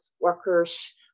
workers